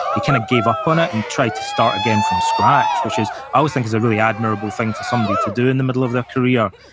he kind of gave up on it and tried to start again from scratch, which i always think is a really admirable thing for somebody to do in the middle of their career.